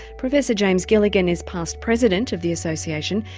professor james gilligan is past president of the association.